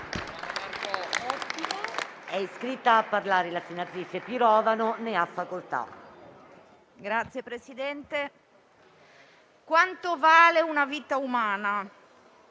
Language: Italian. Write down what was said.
Signor Presidente, quanto vale una vita umana?